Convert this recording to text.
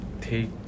Take